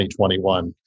2021